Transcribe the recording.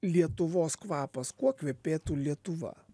lietuvos kvapas kuo kvepėtų lietuva